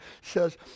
says